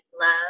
Love